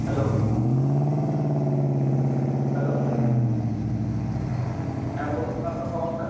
hello hello হ্যাঁ বলুন আপনার সমস্যা